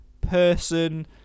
person